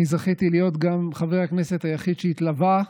אני זכיתי להיות גם חבר הכנסת היחיד שהתלווה,